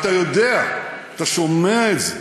אתה שומע את זה